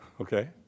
okay